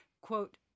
quote